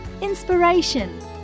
inspiration